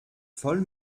voll